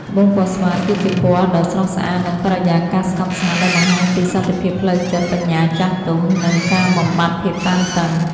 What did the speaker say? ត្បូងពណ៌ស្វាយ គឺជាពណ៌ដ៏ស្រស់ស្អាតនិងបរិយាកាសស្ងប់ស្ងាត់ ដែលបង្ហាញពី សន្តិភាពផ្លូវចិត្ត បញ្ញាចាស់ទុំ និងការបំបាត់ភាពតានតឹង។